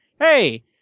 Hey